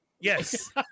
Yes